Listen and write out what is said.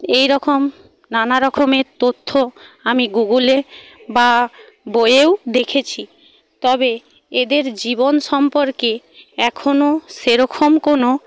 এইরকম নানা রকমের তথ্য আমি গুগলে বা বইয়েও দেখেছি তবে এদের জীবন সম্পর্কে এখনও সেরকম কোনো